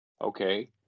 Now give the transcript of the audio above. okay